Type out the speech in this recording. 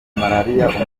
malariya